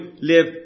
live